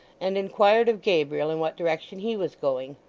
and inquired of gabriel in what direction he was going.